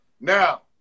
Now